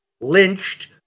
lynched